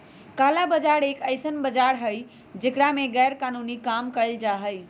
काला बाजार एक ऐसन बाजार हई जेकरा में गैरकानूनी काम कइल जाहई